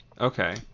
Okay